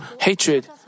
hatred